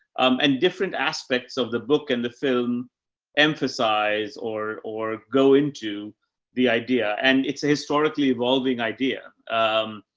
um and different aspects of the book and the film emphasize or, or go into the idea. and it's a historically evolving idea. um, ah,